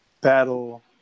battle